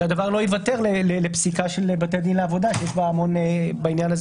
שהדבר לא ייוותר לפסיקה של בתי הדין לעבודה כי בעניין הזה